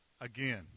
again